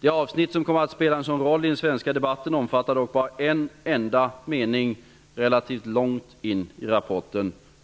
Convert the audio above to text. Det avsnitt som kom att spela en sådan roll i den svenska debatten omfattar dock bara en enda mening.